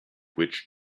which